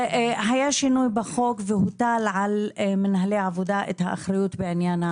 היה שינוי בחוק והוטל על מנהלי העבודה את האחריות בעניין,